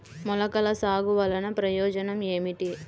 మొలకల సాగు వలన ప్రయోజనం ఏమిటీ?